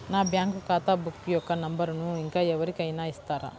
నా బ్యాంక్ ఖాతా బుక్ యొక్క నంబరును ఇంకా ఎవరి కైనా ఇస్తారా?